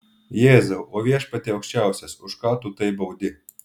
jėzau o viešpatie aukščiausias už ką tu taip baudi